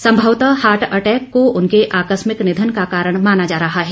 संभवत heart attack को उनके आकस्मिक निधन का कारण माना जा रहा है